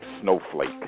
snowflake